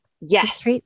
Yes